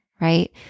right